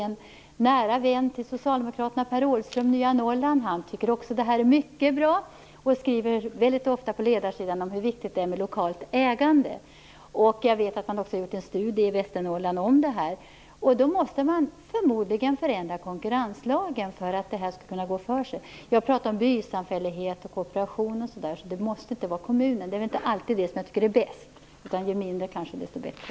En nära vän till socialdemokraterna, Per Åhlström på tidningen Nya Norrland, tycker också att det lokala ägandet är mycket bra och skriver ofta på ledarsidan att det är viktigt med lokalt ägande. I Västernorrland har en studie gjorts i detta sammanhang. Förmodligen måste konkurrenslagen ändras för att det här skall kunna gå för sig. Vi har ju pratat om bysamfälligheter, kooperation o.d., så det måste inte vara fråga om kommunen. Det är inte alltid det som är bäst. Ju mindre, kanske desto bättre.